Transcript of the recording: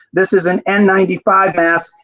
this is an and ninety five mass,